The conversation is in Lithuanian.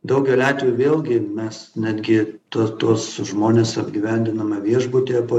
daugeliu atveju vėlgi mes netgi tuos tuos žmones apgyvendiname viešbutyje po